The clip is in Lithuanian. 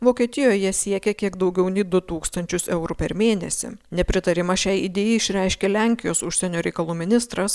vokietijoje siekia kiek daugiau nei du tūkstančius eurų per mėnesį nepritarimą šiai idėjai išreiškė lenkijos užsienio reikalų ministras